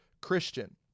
Christian